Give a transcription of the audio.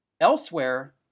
Elsewhere